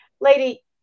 lady